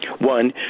one